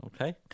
Okay